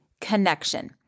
connection